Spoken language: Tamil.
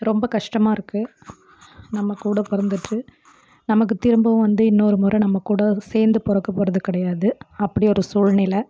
ரொம்ப கஷ்டமாக இருக்குது நம்மக்கூட பிறந்துட்டு நமக்கு திரும்பவும் வந்து இன்னொரு முறை நம்மக்கூட அவர் சேர்ந்து பிறக்க போகிறது கிடையாது அப்படி ஒரு சூழ்நிலை